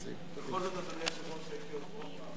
בכל זאת, אדוני היושב-ראש, הייתי עוזרו פעם.